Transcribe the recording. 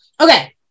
Okay